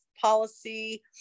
policy